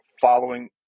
following